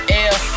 air